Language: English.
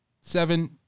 Seven